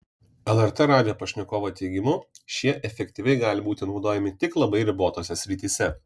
lrt radijo pašnekovo teigimu šie efektyviai gali būti naudojami tik labai ribotose srityse